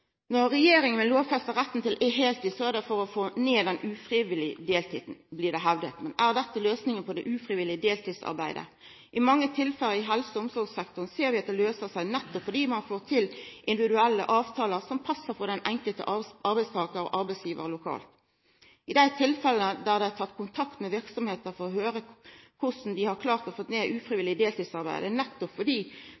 Når regjeringa vil lovfesta retten til heiltid, er det for å få ned den ufrivillige deltida, blir det hevda. Men er dette løysinga på det ufrivillige deltidsarbeidet? I helse- og omsorgssektoren ser vi i mange tilfelle at det løyser seg, nettopp fordi ein får til individuelle avtalar som passar for den enkelte arbeidstakar og arbeidsgivar lokalt. I dei tilfella der det er teke kontakt med verksemdene for å høyra korleis dei har klart å få ned